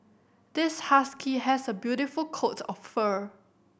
this husky has a beautiful coat of fur